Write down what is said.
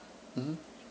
mmhmm